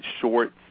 short